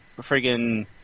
friggin